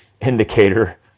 indicator